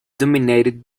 dominated